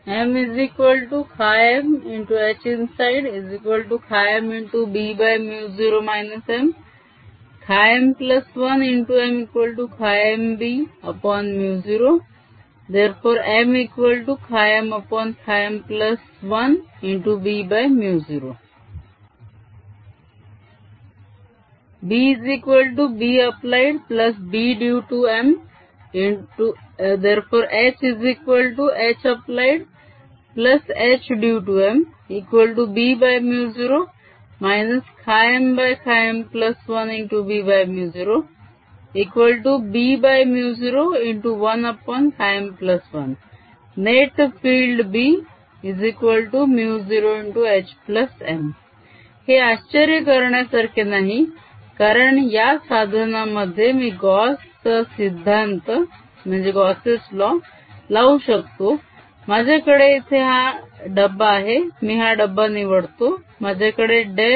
MMHinsideMB0 M M1MMB0 MMM1B0 BBapplied Bdue to M HHapplied Hdue to MB0 MM1B0B01M1 Net field B0HM हे आश्चर्य करण्यासारखे नाही कारण या साधनामध्ये मी गॉस चा सिद्धांत Gauss's law लावू शकतो माझ्याकडे इथे हा डब्बा आहे मी हा डब्बा निवडतो माझ्याकडे डेल